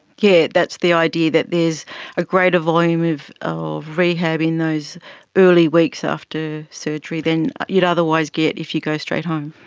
that's the idea, that there is a greater volume of of rehab in those early weeks after surgery than you'd otherwise get if you go straight home.